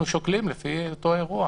אנחנו שוקלים לפי אותו אירוע.